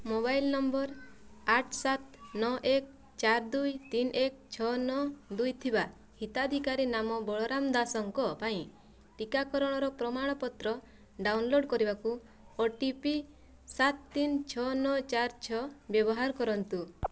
mobile number ଆଠ ସାତ ନଅ ଏକ ଚାରି ଦୁଇ ତିନି ଏକ ଛଅ ନଅ ଦୁଇ ଥିବା ହିତାଧିକାରୀ ନାମ ବଳରାମ ଦାସଙ୍କ ପାଇଁ ଟିକାକରଣର ପ୍ରମାଣପତ୍ର ଡାଉନଲୋଡ଼୍ କରିବାକୁ ଓ ଟି ପି ସାତ ତିନି ଛଅ ନଅ ଚାରି ଛଅ ବ୍ୟବହାର କରନ୍ତୁ